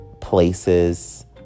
places